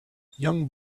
young